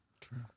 true